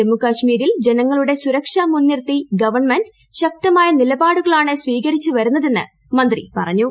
ജമ്മുകാശ്മീരിൽ ജനങ്ങളുടെ സുരക്ഷ മുൻനിർത്തി ഗവൺമെന്റ് ശക്തമായ നിലപാടുകളാണ് സ്വീകരിച്ചുവരുന്നതെന്ന് മന്ത്രി പറഞ്ഞു